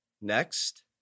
Next